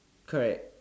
correct